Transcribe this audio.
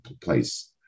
place